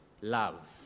love